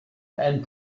and